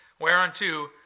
Whereunto